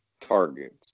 targets